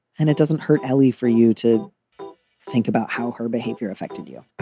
and it doesn't hurt, ellie, for you to think about how her behavior affected you.